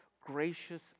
gracious